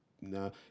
No